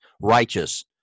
righteous